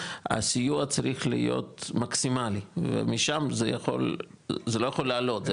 הסיוע צריך להיות מקסימלי ומשם זה לא יכול לעלות,